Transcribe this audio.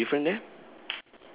what's the different there